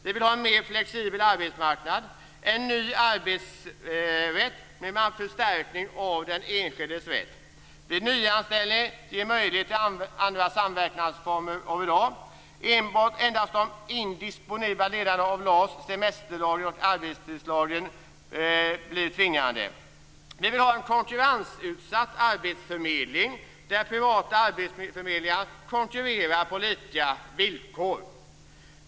Vi vill ha en mer flexibel arbetsmarknad, en ny arbetsrätt som förstärker den enskildes rätt och vid nyanställning ge möjlighet till andra samverkansformer än i dag. Endast de indisponibla delarna av LAS, semesterlagen och arbetstidslagen blir tvingande. Vi vill ha en konkurrensutsatt arbetsförmedling, där privata arbetsförmedlingar konkurrerar på lika villkor.